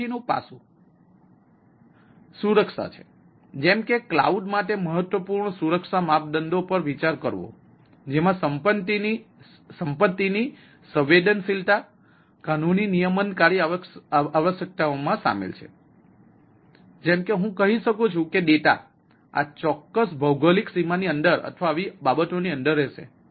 હવે પછીનું પાસું સુરક્ષા છે જેમ કે ક્લાઉડ માટે મહત્વપૂર્ણ સુરક્ષા માપદંડો પર વિચાર કરવો જેમાં સંપત્તિની સંવેદનશીલતા કાનૂની નિયમનકારી આવશ્યકતાઓ શામેલ છે જેમ કે હું કહી શકું છું કે ડેટા આ ચોક્કસ ભૌગોલિક સીમાઓ ની અંદર અથવા આવી બાબતોની અંદર રહેશે